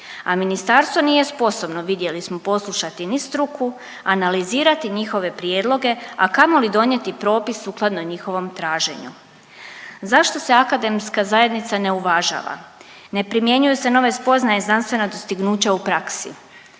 a ministarstvo nije sposobno vidjeli smo poslušati ni struku, analizirati njihove prijedloge, a kamoli donijeti propis sukladno njihovom traženju. Zašto se akademska zajednica ne uvažava? Ne primjenjuju se nove spoznaje znanstvena dostignuća u praksi.